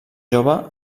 jove